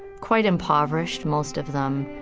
quite impoverished most of them,